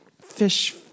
fish